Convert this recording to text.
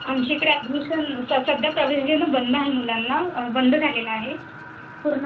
आमच्याइकडे ॲडमिशन स सध्या प्रवेश देणं बंद आहे मुलांना बंद झालेला आहे पूर्ण